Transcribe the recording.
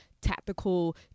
tactical